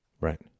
Right